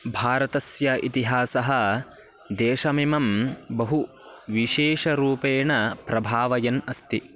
भारतस्य इतिहासः देशमिमं बहुविशेषरूपेण प्रभावयन् अस्ति